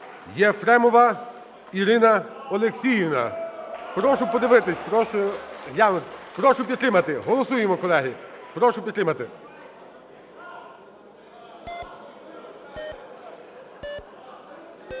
Єфремова Ірина Олексіївна. Прошу подивитись, прошу підтримати. Голосуємо, колеги. Прошу підтримати.